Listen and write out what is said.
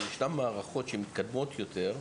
אבל ישנן מערכות שהן מתקדמות יותר,